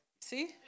see